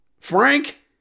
Frank